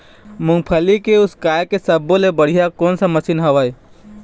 मूंगफली के उसकाय के सब्बो ले बढ़िया कोन सा मशीन हेवय?